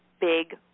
big